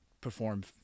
perform